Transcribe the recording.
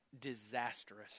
disastrous